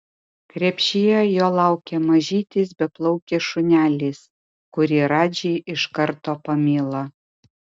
krepšyje jo laukė mažytis beplaukis šunelis kurį radži iš karto pamilo